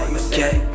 okay